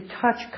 touch